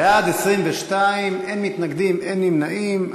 בעד, 22, אין מתנגדים, אין נמנעים.